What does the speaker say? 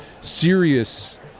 serious